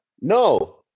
No